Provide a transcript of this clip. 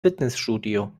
fitnessstudio